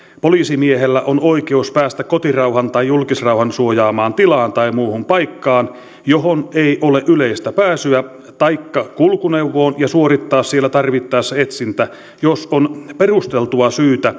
poliisimiehellä on oikeus päästä kotirauhan tai julkisrauhan suojaamaan tilaan tai muuhun paikkaan johon ei ole yleistä pääsyä taikka kulkuneuvoon ja suorittaa siellä tarvittaessa etsintä jos on perusteltua syytä